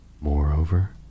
Moreover